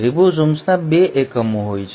રિબોસોમ્સના 2 એકમો હોય છે